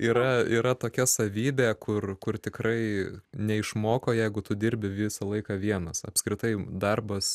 yra yra tokia savybė kur kur tikrai neišmoko jeigu tu dirbi visą laiką vienas apskritai darbas